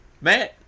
Man